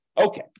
Okay